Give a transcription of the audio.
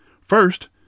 First